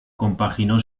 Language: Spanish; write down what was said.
compaginó